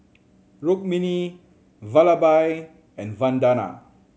Rukmini Vallabhbhai and Vandana